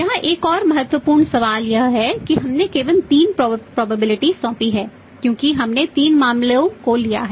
यहां एक और महत्वपूर्ण सवाल यह है कि हमने केवल तीन प्रोबेबिलिटी सौंपी हैं क्योंकि हमने तीन मामलों को लिया है